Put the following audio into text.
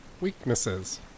Weaknesses